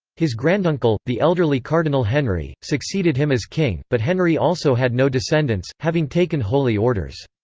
his granduncle, the elderly cardinal henry, succeeded him as king, but henry also had no descendants, having taken holy orders.